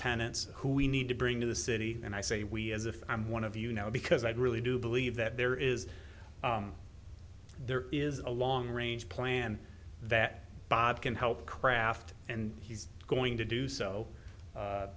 tenants who we need to bring to the city and i say we as if i'm one of you now because i really do believe that there is there is a long range plan that bob can help craft and he's going to do so